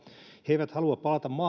he eivät halua palata